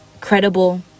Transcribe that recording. credible